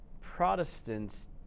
Protestants